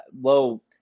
low